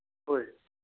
ꯍꯣꯏ